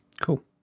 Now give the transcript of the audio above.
cool